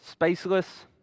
spaceless